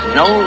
no